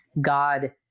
God